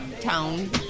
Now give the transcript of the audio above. town